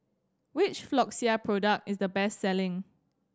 which Floxia product is the best selling